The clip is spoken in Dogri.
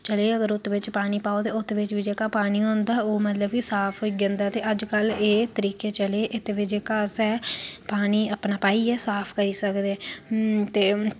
अगर उत्त बिच्च पानी पाओ ते उत्त बिच्च जेह्का पानी होंदा ओह् मतलब के साफ होई जंदा ऐ अजकल्ल एह् तरीके चले दे न अस अपने घर एह् जेह्के पानी पाइयै साफ करी सकने आं